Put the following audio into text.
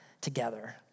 together